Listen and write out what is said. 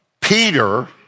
Peter